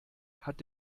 hat